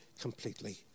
completely